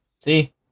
See